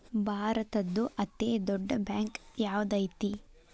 ಭಾರತದ್ದು ಅತೇ ದೊಡ್ಡ್ ಬ್ಯಾಂಕ್ ಯಾವ್ದದೈತಿ?